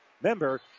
Member